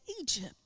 Egypt